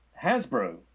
Hasbro